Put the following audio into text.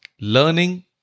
Learning